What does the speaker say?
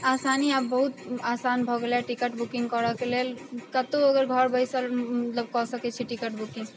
आसानी आब बहुत आसान भऽ गेलै टिकट बुकिङ्ग करऽके लेल कतहु अगर घर बैसल मतलब कऽ सकै छी टिकट बुकिङ्ग